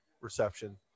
reception